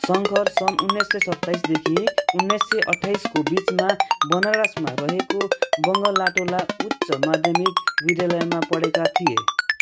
शङ्कर सन् उन्नाइस सय सत्ताइतदेखि उन्नाइस सय अट्ठाइसको बिचमा बनारसमा रहेको बङ्गलाटोला उच्च माध्यमिक विद्यालयमा पढेका थिए